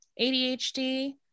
adhd